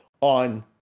on